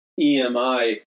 EMI